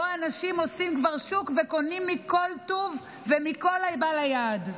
שבו אנשים כבר עושים שוק וקונים מכל טוב ומכל הבא ליד.